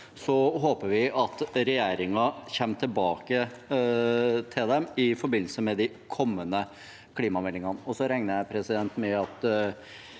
håper vi at regjeringen kommer tilbake til dem i forbindelse med de kommende klimameldingene. Jeg regner med at